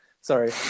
Sorry